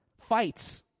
Fights